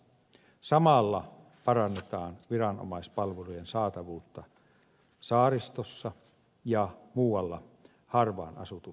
samalla parannetaan viranomaispalvelujen saatavuutta saaristossa ja muilla harvaanasutuilla alueilla